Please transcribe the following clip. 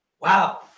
Wow